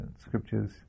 scriptures